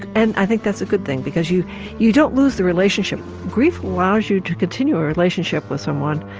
and i think that's a good thing because you you don't lose the relationship grief allows you to continue a relationship with someone,